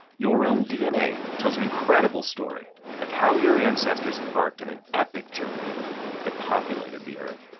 your own dna tells an incredible story of how your ancestors embarked on an epic journey that populated the earth,